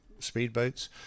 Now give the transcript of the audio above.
speedboats